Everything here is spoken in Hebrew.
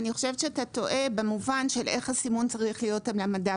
אני חושבת שאתה טועה במובן של איך הסימון צריך להיות על המדף.